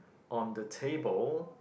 on the table